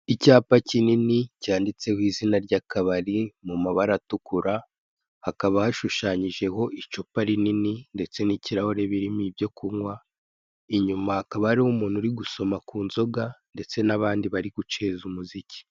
Icyapa kinini cyanditseho izina ry'akabari mu mabara atukura, hakaba hashushanyijeho icupa rinini ndetse n'ikirahure birimo ibyo kunywa, inyuma hakaba hariho umuntu uri gusoma ku nzoga ndetse n'abandi bari guceza umuziki.